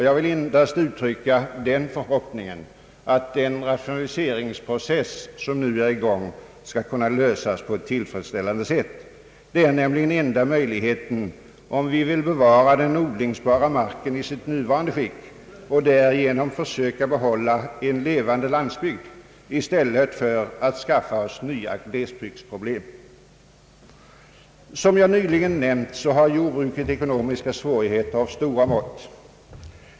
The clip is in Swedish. Jag vill endast uttrycka den förhoppningen att den rationaliseringsprocess som nu är i gång skall kunna genomföras på ett tillfredsställande sätt. Det är nämligen enda möjligheten om vi vill bevara den odlingsbara marken i sitt nuvarande skick och därigenom försöka behålla en levande landsbygd i stället för att skaffa oss nya glesbygdsproblem. Som jag nyligen nämnt, har jordbruket ekonomiska svårigheter av stora mått.